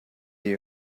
you